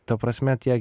ta prasme tie